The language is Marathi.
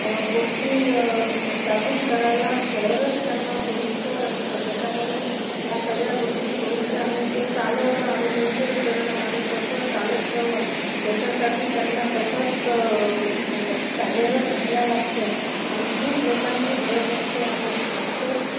गोष्टी एस्टॅब्लिश करायला शहरच त्यांना सोयीस्कर असतं त्याच्यामुळे ह्या सगळ्या गोष्टी सोयीच्या आणि ते चालवणं आणि मेंटेन करणं आणि सतत चालत ठेवणं याच्यासाठी त्यांना सतत कार्यरत राहायला लागतं आणि खूप लोकांची गरज असते आणि डॉक्टर्स